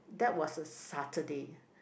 that was a Saturday